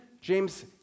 James